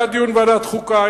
היה דיון בוועדת חוקה,